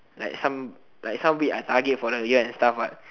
like some like some week I target for to get and stuff what